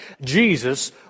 Jesus